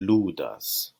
ludas